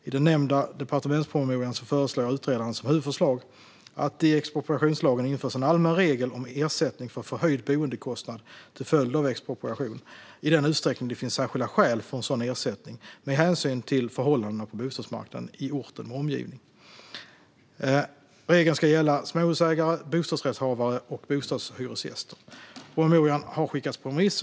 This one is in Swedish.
I den nämnda departementspromemorian föreslår utredaren som huvudförslag att det i expropriationslagen införs en allmän regel om ersättning för förhöjd boendekostnad till följd av expropriation, i den utsträckning det finns särskilda skäl för sådan ersättning med hänsyn till förhållandena på bostadsmarknaden i orten med omgivning. Regeln ska gälla småhusägare, bostadsrättshavare och bostadshyresgäster. Promemorian har skickats på remiss.